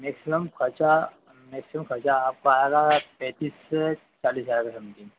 maximum खर्चा हाँ maximum खर्चा आपका आएगा पैंतीस से चालीस हज़ार के समथिंग